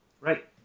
Right